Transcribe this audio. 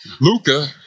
Luca